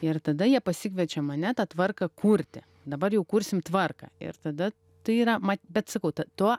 ir tada jie pasikviečia mane tą tvarką kurti dabar jau kursim tvarką ir tada tai yra mat bet sakau tuo